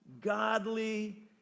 godly